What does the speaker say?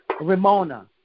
Ramona